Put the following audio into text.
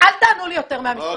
אל תענו לי יותר מהמשרדים.